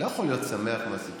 אני לא יכול להיות שמח מהסיטואציה.